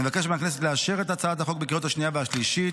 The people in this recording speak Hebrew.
אני מבקש מהכנסת לאשר את הצעת החוק בקריאות השנייה והשלישית.